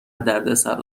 دردسر